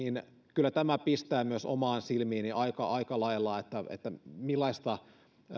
kyllä pistää myös omiin silmiini aika aika lailla tämä millaista